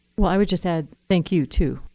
well, i would just add thank you too,